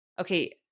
okay